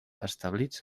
establits